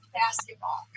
basketball